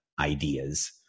ideas